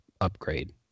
upgrade